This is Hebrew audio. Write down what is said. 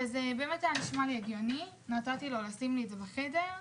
זה נשמע לי הגיוני ואכן אפשרתי לו לשים את זה בחדר שלי.